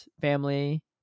family